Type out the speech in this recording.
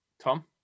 Tom